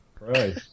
Right